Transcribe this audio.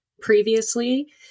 previously